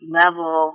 level